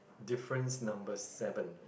difference number seven